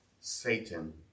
Satan